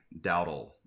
Dowdle